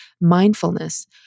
Mindfulness